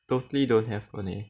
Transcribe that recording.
totally don't have money